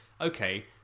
okay